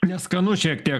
neskanu šiek tiek